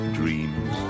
dreams